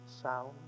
sound